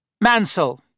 Mansell